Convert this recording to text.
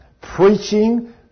preaching